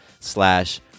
slash